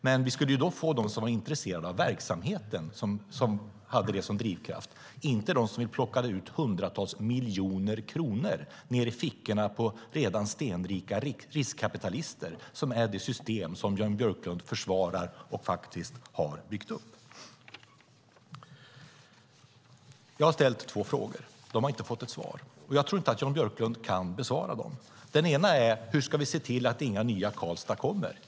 Men vi skulle då få de som var intresserade och hade verksamheten som drivkraft, inte ett system där redan stenrika riskkapitalister plockar ut hundratals miljoner kronor ned i fickorna, som är det system som Jan Björklund försvarar och faktiskt har byggt upp. Jag har ställt två frågor. De har inte fått något svar, och jag tror inte att Jan Björklund kan besvara dem. Den ena är: Hur ska vi se till att inga nya Karlstad kommer?